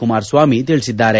ಕುಮಾರಸ್ವಾಮಿ ತಿಳಿಸಿದ್ದಾರೆ